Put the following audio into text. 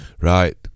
right